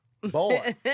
Boy